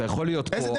אתה יכול להיות פה,